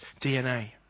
DNA